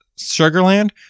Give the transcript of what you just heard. Sugarland